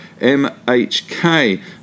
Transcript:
MHK